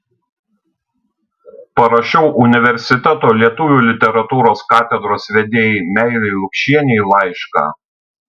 parašiau universiteto lietuvių literatūros katedros vedėjai meilei lukšienei laišką